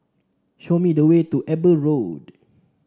show me the way to Eber Road